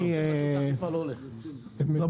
אני